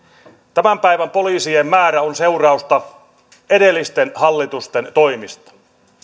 tämän päivän poliisien määrä on seurausta edellisten hallitusten toimista